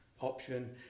option